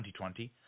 2020